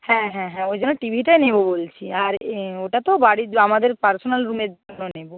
হ্যাঁ হ্যাঁ হ্যাঁ ওই জন্য টি ভিটা নেব বলছি আর ওটা তো বাড়ির আমাদের পার্সোনাল রুমের নেব